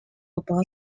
about